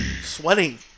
sweating